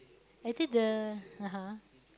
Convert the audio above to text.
actually the uh-huh